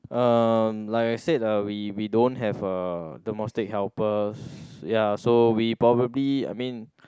uh like I said uh we we don't have uh domestic helpers ya so we probably I mean